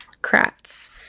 Kratz